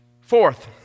Fourth